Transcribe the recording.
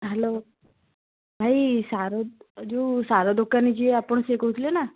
hello ଭାଇ ସାର ଯେଉଁ ସାର ଦୋକାନୀ ଯିଏ ଆପଣ ସିଏ କହୁଥିଲେ ନା